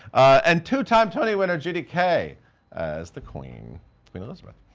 and two-time tony winner judy kaye as the queen, queen elizabeth.